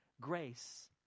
Grace